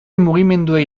mugimenduei